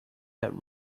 that